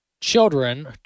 children